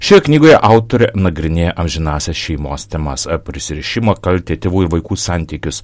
šioje knygoje autorė nagrinėja amžinąsias šeimos temas prisirišimą kaltę tėvų ir vaikų santykius